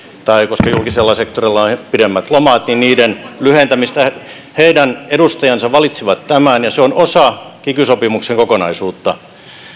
tai koska julkisella sektorilla on pidemmät lomat niiden lyhentämistä heidän edustajansa valitsivat tämän ja se on osa kiky sopimuksen kokonaisuutta